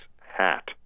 hat